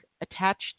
attached